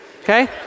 okay